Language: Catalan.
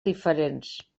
diferents